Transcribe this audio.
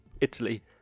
Italy